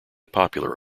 popular